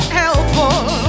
helpful